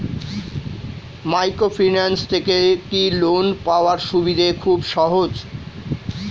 Microfinance থেকে কি loan পাওয়ার সুবিধা খুব সহজ?